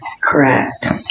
Correct